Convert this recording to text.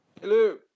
Hello